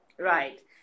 right